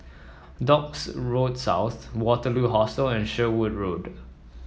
Docks Road South Waterloo Hostel and Sherwood Road